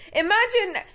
Imagine